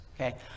Okay